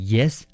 Yes